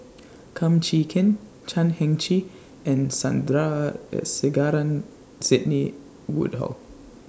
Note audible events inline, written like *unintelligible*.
Kum Chee Kin Chan Heng Chee and *unintelligible* Sidney Woodhull